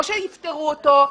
לא שיפטור אותו,